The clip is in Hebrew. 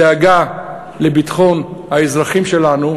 דאגה לביטחון האזרחים שלנו,